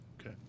Okay